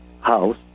house